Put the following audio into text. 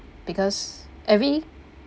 because every